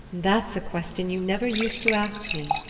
that's a question you never used to ask me.